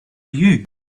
you